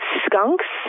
skunks